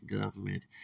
government